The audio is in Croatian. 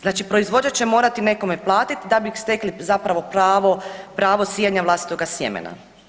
Znači proizvođač će morati nekome platiti da bi stekli zapravo pravo sijanja vlastitoga sjemena.